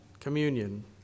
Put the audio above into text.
communion